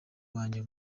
wanjye